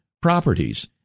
properties